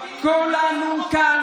כולנו כאן,